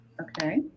Okay